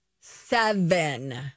seven